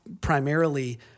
primarily